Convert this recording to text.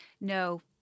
no